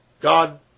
God